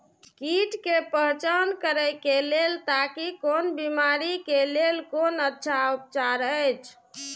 कीट के पहचान करे के लेल ताकि कोन बिमारी के लेल कोन अच्छा उपचार अछि?